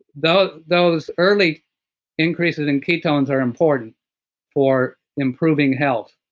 those those early increases in ketones are important for improving health,